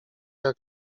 jak